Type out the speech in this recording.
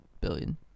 billion